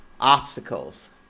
obstacles